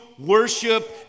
worship